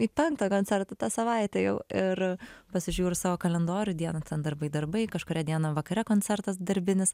į penktą antrą koncertą tą savaitę jau ir pasižiūriu savo kalendorių dieną ten darbai darbai kažkurią dieną vakare koncertas darbinis